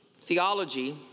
theology